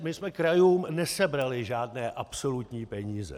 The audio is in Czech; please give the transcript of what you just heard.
My jsme krajům nesebrali žádné absolutní peníze.